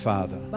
Father